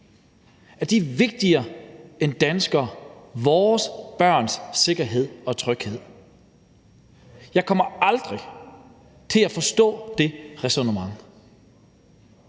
– er vigtigere end danskerne og vores børns sikkerhed og tryghed? Jeg kommer aldrig til at forstå det ræsonnement.